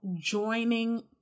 joining